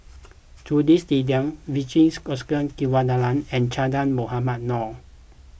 Jules Itier Vijesh Ashok Ghariwala and Che Dah Mohamed Noor